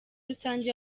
rusange